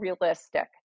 realistic